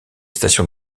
stations